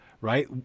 right